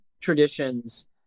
traditions